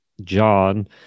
John